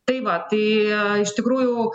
tai va tai iš tikrųjų